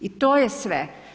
I to je sve.